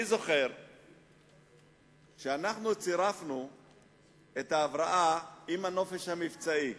אני זוכר שכשאנחנו צירפנו את ההבראה עם הנופש המבצעי,